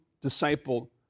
disciple